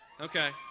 okay